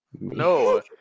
No